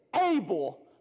able